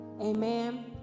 amen